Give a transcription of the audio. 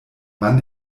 mann